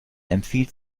empfiehlt